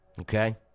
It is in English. Okay